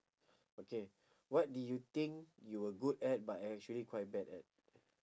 okay what do you think you were good at but actually quite bad at